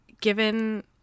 given